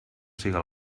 siga